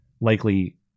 likely